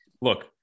Look